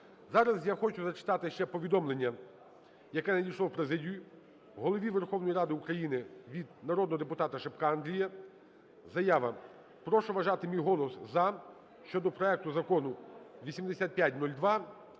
Зараз я хочу ще зачитати повідомлення, яке надійшло в президію. "Голові Верховної Ради України від народного депутат Шипка Андрія. Заява. Прошу вважати мій голос "за" щодо проекту Закону 8502,